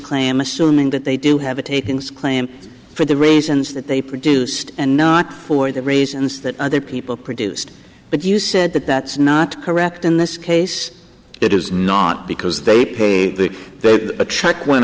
claim assuming that they do have a takings claim for the reasons that they produced and not for the reasons that other people produced but you said that that's not correct in this case it is not because they pay